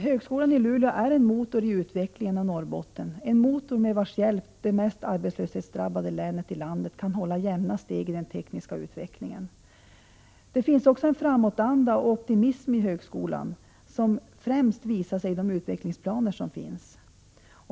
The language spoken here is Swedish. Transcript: Högskolan i Luleå är en ”motor” i utvecklingen av Norrbotten, en motor med vars hjälp det mest arbetslöshetsdrabbade länet i landet kan hålla jämna steg med den tekniska utvecklingen. Det finns också en framåtanda och optimism i högskolan, som främst visar sig i de utvecklingsplaner som finns.